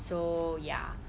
so ya